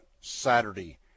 Saturday